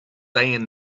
than